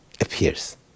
appears